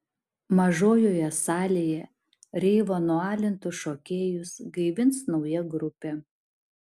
mažojoje salėje reivo nualintus šokėjus gaivins nauja grupė